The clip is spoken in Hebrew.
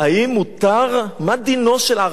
מה דינו של ערבי שמכר בית ליהודי?